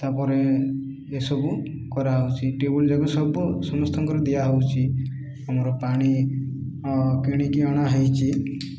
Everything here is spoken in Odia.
ତାପରେ ଏସବୁ କରାହଉଛି ଟ୍ୟୁବଲ୍ ଯାକ ସବୁ ସମସ୍ତଙ୍କର ଦିଆହଉଛି ଆମର ପାଣି କିଣିକି ଅଣା ହେଇଛି